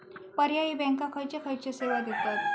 पर्यायी बँका खयचे खयचे सेवा देतत?